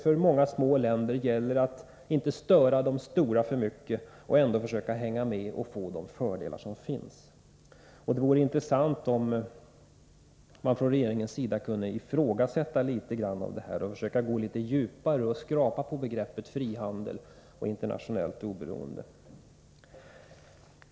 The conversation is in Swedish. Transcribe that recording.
För många små länder gäller det att inte störa de stora för mycket, och ändå försöka hänga med och få de fördelar som finns. Det vore intressant om man från regeringens sida kunde ifrågasätta litet av detta och gå litet djupare och skrapa på begreppet frihandel och internationellt oberoende.